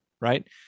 right